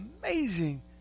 amazing